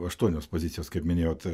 aštuonios pozicijos kaip minėjot